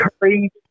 Curry